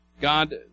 God